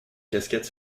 casquettes